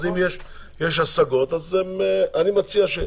אז אם יש השגות אז אני מציע,